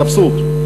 זה אבסורד,